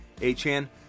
A-Chan